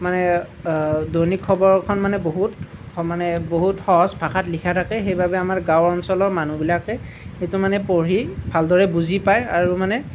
মানে দৈনিক খবৰখন মানে বহুত স মানে সহজ ভাষাত লিখা থাকে সেইবাবে আমাৰ গাঁও অঞ্চলৰ মানুহবিলাকে সেইটো মানে পঢ়ি ভালদৰে বুজি পায় আৰু মানে